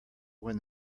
when